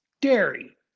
dairy